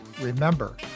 Remember